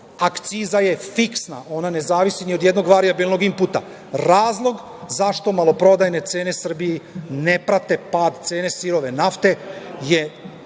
Akciza je fiksna, ona ne zavisi ni od jednog varijabilnog imputa. Razlog zašto maloprodajne cene u Srbiji ne prate pad cena sirove nafte je